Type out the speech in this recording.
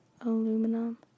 aluminum